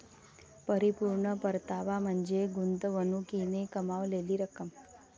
परिपूर्ण परतावा म्हणजे गुंतवणुकीने कमावलेली रक्कम